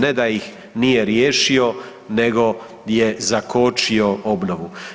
Ne da ih nije riješio nego je zakočio obnovu.